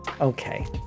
okay